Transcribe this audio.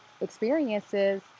Experiences